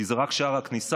כי זה רק שער הכניסה.